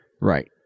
Right